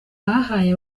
bahaye